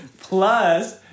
Plus